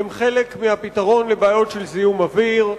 הם חלק מפתרון הבעיות של זיהום אוויר,